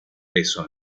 beso